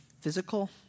physical